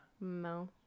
No